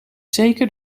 zeker